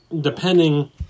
depending